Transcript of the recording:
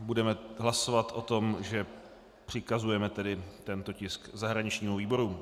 Budeme hlasovat o tom, že přikazujeme tento tisk zahraničnímu výboru.